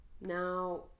now